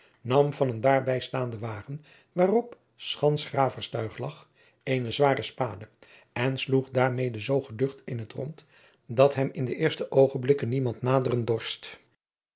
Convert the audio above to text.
nam van een daarbij staanden wagen waarop schansgraverstuig lag eene zware jacob van lennep de pleegzoon spade en sloeg daarmede zoo geducht in t rond dat hem in de eerste oogenblikken niemand naderen dorst